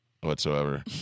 whatsoever